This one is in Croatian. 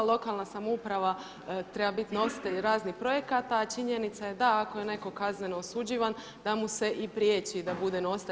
Lokalna samouprava treba biti nositelj raznih projekata a činjenica je da ako je neko kazneno osuđivan da mu se i prijeći da bude nositelj.